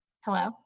Hello